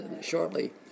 shortly